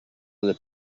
alle